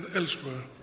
elsewhere